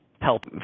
help